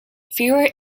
fewer